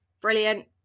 Brilliant